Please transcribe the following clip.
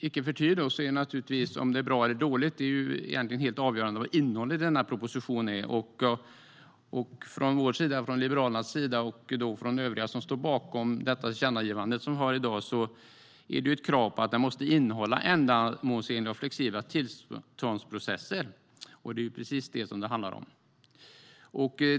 Icke förty, om det är bra eller dåligt är egentligen helt beroende av innehållet i propositionen, och från Liberalernas sida och från övriga som står bakom dagens tillkännagivande är det ett krav på att den måste innehålla ändamålsenliga och flexibla tillståndsprocesser. Det är precis det som det handlar om.